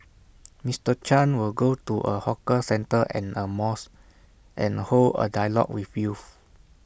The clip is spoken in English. Mister chan will go to A hawker centre and A mosque and hold A dialogue with youth